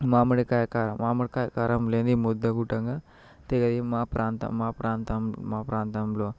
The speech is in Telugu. మామిడికాయ కారం మామిడికాయ కారం లేదే ముద్ద కూడంగా తెలియదు మా ప్రాంతం మా ప్రాంతం మా ప్రాంతంలో